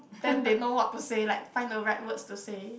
then they know what to say like find the right words to say